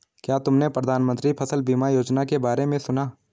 क्या तुमने प्रधानमंत्री फसल बीमा योजना के बारे में सुना?